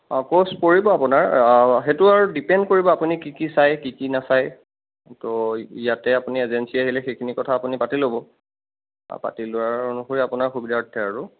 অঁ ক'ষ্ট পৰিব আপোনাৰ সেইটো আৰু ডিপেণ্ড কৰিব আপুনি কি কি চাই কি কি নাচায় তো ইয়াতে আপুনি এজেঞ্চী আহিলে সেইখিনি কথা আপুনি পাতি ল'ব আৰু পাতি লোৱাৰ অনুসৰি আপোনাৰ সুবিধাৰ্থে আৰু